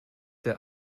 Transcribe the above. der